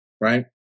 right